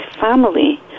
family